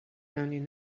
pounding